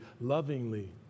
lovingly